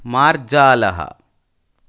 मार्जालः